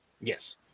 Yes